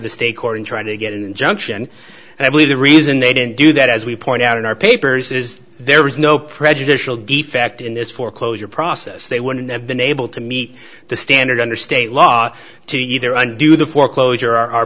and try to get an injunction and i believe the reason they didn't do that as we point out in our papers is there was no prejudicial defect in this foreclosure process they wouldn't have been able to meet the standard under state law to either undo the foreclosure are